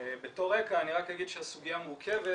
בתור רקע אני רק אגיד שהסוגיה מורכבת,